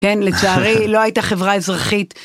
כן, לצערי לא הייתה חברה אזרחית.